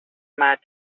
maig